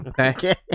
Okay